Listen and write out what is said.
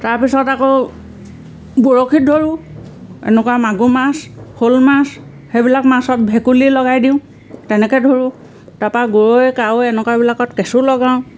তাৰপিছত আকৌ বৰশীত ধৰোঁ এনেকুৱা মাগুৰ মাছ শ'ল মাছ সেইবিলাক মাছত ভেকুলী লগাই দিওঁ তেনেকে ধৰোঁ তাৰাপা গৰৈ কাৱৈ এনেকুৱাবিলাকত কেঁচু লগাওঁ